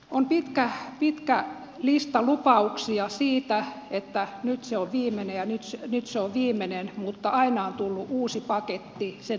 on pitkä pitkä lista lupauksia siitä että nyt se on viimeinen ja nyt se on viimeinen mutta aina on tullut uusi paketti sen viimeisen jälkeen